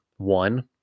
One